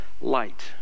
light